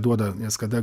duoda nes kada